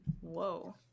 Whoa